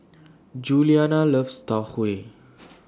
Juliana loves Tau Huay